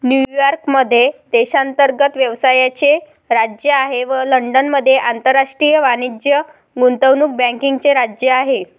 New York मध्ये देशांतर्गत व्यवसायाचे राज्य आहे व लंडनमध्ये आंतरराष्ट्रीय वाणिज्य गुंतवणूक बँकिंगचे राज्य आहे